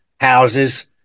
houses